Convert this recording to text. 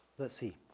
let's see.